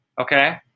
Okay